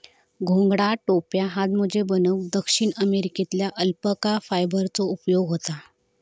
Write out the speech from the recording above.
घोंगडा, टोप्यो, हातमोजे बनवूक दक्षिण अमेरिकेतल्या अल्पाका फायबरचो उपयोग होता